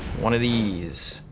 one of these,